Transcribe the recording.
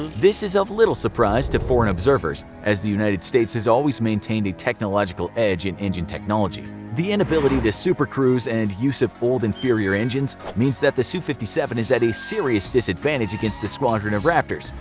this is of little surprise to foreign observers, as the united states has always maintained a technological edge in engine technology. the inability to supercruise and use of old, inferior engines, means that the su fifty seven is at a serious disadvantage against a squadron of lightnings. so